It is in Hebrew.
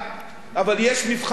אבל יש מבחן אחד בסוף: